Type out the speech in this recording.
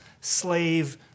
slave